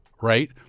Right